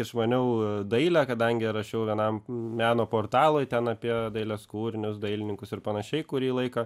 išmaniau dailę kadangi rašiau vienam meno portalui ten apie dailės kūrinius dailininkus ir panašiai kurį laiką